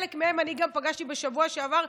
חלק מהם אני גם פגשתי בשבוע שעבר,